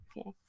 okay